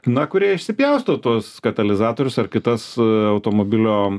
na kurie išsipjausto tuos katalizatorius ar kitas automobilio